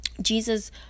Jesus